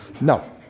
No